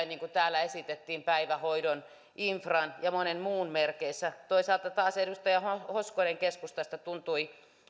niin kuin täällä esitettiin päivähoidon infran ja monen muun merkeissä toisaalta taas edustaja hoskonen keskustasta tuntui